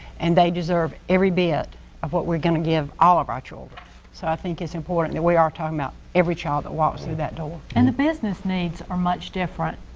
and they deserve every bit of what we're going to give all of our children. so i think it's important that we are talking about every child that walks through that door. and the business needs are much different.